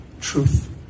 truth